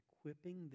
equipping